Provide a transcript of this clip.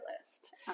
list